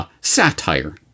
Satire